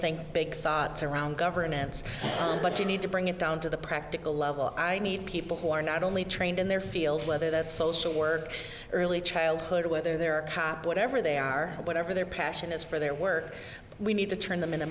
think big thoughts around governance but you need to bring it down to the practical level i need people who are not only trained in their field whether that's social work early childhood whether they're happy whatever they are whatever their passion is for their work we need to turn them in